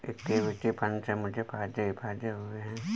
equity fund से मुझे फ़ायदे ही फ़ायदे हुए हैं